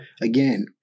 again-